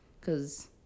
cause